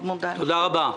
תודה רבה.